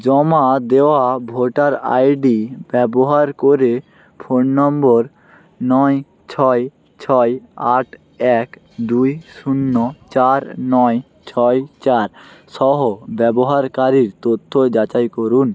জমা দেওয়া voter ID ব্যবহার করে ফোন নম্বর নয় ছয় ছয় আট এক দুই শূন্য চার নয় ছয় চার সহ ব্যবহারকারীর তথ্য যাচাই করুন